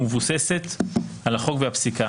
ומבוססת על החוק והפסיקה.